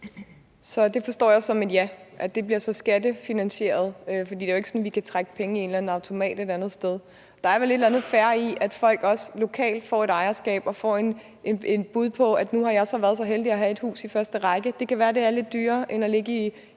Det forstår jeg som et ja. Det bliver så skattefinansieret. For det er jo ikke sådan, at vi kan trække penge i en eller anden automat et andet sted. Der er vel et eller andet fair i, at folk også lokalt får et ejerskab og får et bud på, at nu har de så været så heldige at have et hus i første række; det kan være, det er lidt dyrere end at ligge i